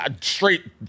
straight